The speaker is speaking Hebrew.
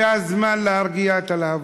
זה הזמן להרגיע את הלהבות.